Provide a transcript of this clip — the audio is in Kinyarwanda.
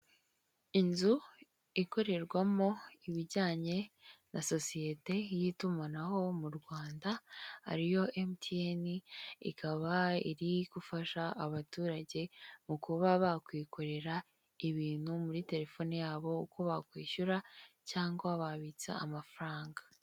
Inzu ikorerwamo ibijyanye na sosiyete y'itumanaho mu Rwanda ariyo MTN ikaba iri gufasha abaturage mu kuba bakwikorera ibintu muri telefoni yabo uko bakwishyura cyangwa babitsa amafaranga